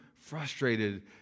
frustrated